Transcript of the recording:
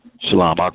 Shalom